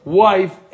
wife